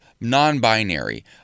non-binary